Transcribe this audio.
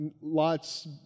Lot's